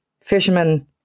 fishermen